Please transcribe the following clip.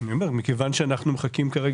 אני אומר, מכיוון שאנחנו מחכים כרגע.